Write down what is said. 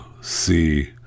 see